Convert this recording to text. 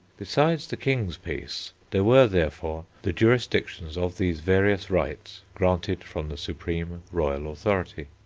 besides the king's peace, there were, therefore, the jurisdictions of these various rights granted from the supreme royal authority.